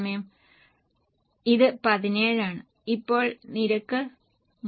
ഇത് 17 ആണ് ഇപ്പോൾ നിരക്ക് 3